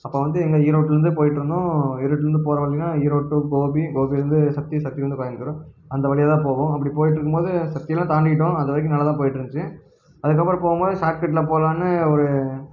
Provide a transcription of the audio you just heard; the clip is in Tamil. அப்போ வந்து இங்கே ஈரோட்லேருந்து போய்கிட்ருந்தோம் ஈரோட்லேருந்து போகிறது பார்த்திங்கன்னா ஈரோடு டு கோபி கோபிலேருந்து சக்தி சக்திலேருந்து கோயம்பத்தூர் அந்த வழியா தான் போகும் அப்படி போய்கிட்ருக்கும்போது சக்தியெலாம் தாண்டிவிட்டோம் அது வரைக்கும் நல்லா தான் போய்கிட்ருந்துச்சு அதுக்கப்புறம் போகும்போது ஷார்ட் கட்டில் போகலான்னு ஒரு